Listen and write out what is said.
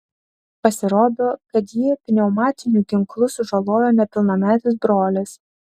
pasirodo kad jį pneumatiniu ginklu sužalojo nepilnametis brolis